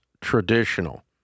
traditional